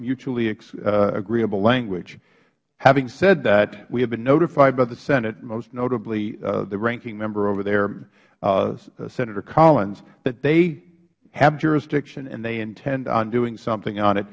mutually agreeable language having said that we have been notified by the senate most notably the ranking member over there senator collins that they have jurisdiction and they intend on doing something on it